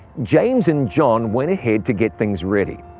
james and john went ahead to get things ready.